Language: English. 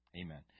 Amen